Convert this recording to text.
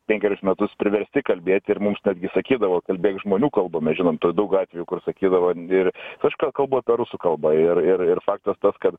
penkerius metus priversti kalbėti ir mums netgi sakydavo kalbėk žmonių kalba mes žinome tų daug gatvių kur sakydavo ir aš kalbu apie rusų kalbą ir ir faktas tas kad